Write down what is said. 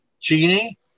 Genie